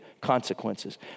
consequences